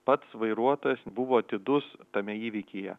pats vairuotojas buvo atidus tame įvykyje